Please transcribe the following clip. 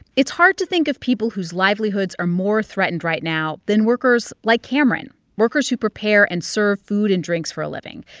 it's hard to think of people whose livelihoods are more threatened right now than workers like cameron workers who prepare and serve food and drinks for a living.